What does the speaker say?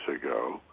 ago